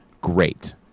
great